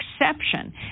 exception